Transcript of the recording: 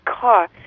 car